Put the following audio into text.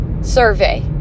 survey